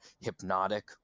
hypnotic